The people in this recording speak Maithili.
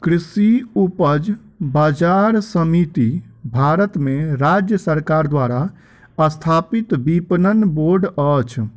कृषि उपज बजार समिति भारत में राज्य सरकार द्वारा स्थापित विपणन बोर्ड अछि